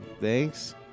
Thanks